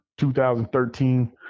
2013